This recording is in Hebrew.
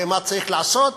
ומה צריך לעשות.